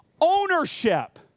ownership